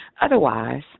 Otherwise